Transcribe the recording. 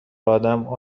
ادم